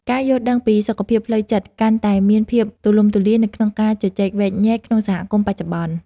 ការយល់ដឹងពីសុខភាពផ្លូវចិត្តកាន់តែមានភាពទូលំទូលាយនៅក្នុងការជជែកវែកញែកក្នុងសហគមន៍បច្ចុប្បន្ន។